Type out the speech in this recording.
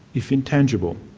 if intangible.